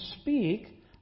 speak